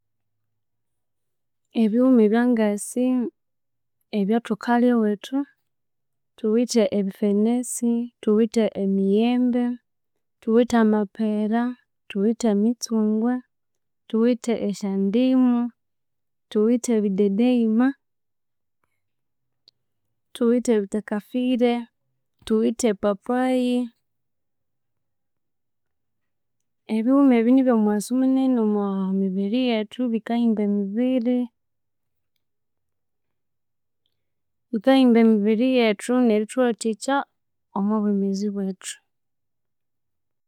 Ebighuma ebyangasi ebyathukalhya ewethu thuwithe ebifenesi, thuwithe emiyembe, thuwithe amapira, thuwithe emitsungwe, thuwithe esya ndimu, thuwithe ebidedeyima, thuwithe eithakafire, thuwithe epapayi, ebighuma ebyo nibyomughasu munene omwa mibiri yethu bikahimba emibiri bikahimbira emibiri yethu nerithuwathikya omwa bwomezi bwethu.